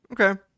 Okay